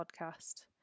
podcast